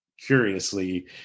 curiously